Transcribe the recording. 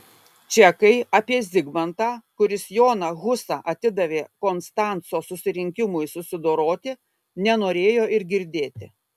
čekai apie zigmantą kuris joną husą atidavė konstanco susirinkimui susidoroti nenorėjo ir girdėti